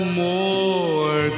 more